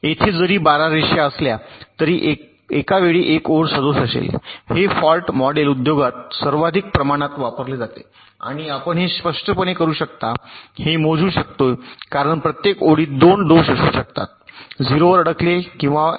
येथे जरी 12 रेषा असल्या तरी एका वेळी 1 ओळ सदोष असेल हे फॉल्ट मॉडेल उद्योगात सर्वाधिक प्रमाणात वापरले जाते आणि आपण हे स्पष्टपणे करू शकता हे मोजू शकते कारण प्रत्येक ओळीत 2 दोष असू शकतात 0 वर अडकले किंवा 1